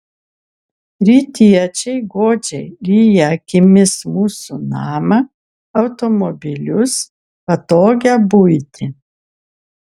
rytiečiai godžiai ryja akimis mūsų namą automobilius patogią buitį